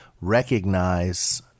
recognize